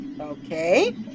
Okay